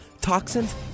toxins